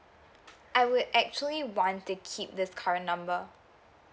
I would actually want to keep this current number